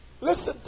listen